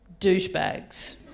douchebags